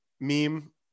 meme